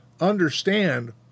understand